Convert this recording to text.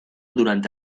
durante